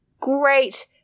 great